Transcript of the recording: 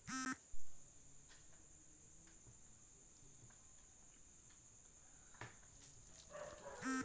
कृमि खाद भूमि को उपयुक्त खनिज संतुलन प्रदान करता है